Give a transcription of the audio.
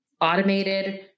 automated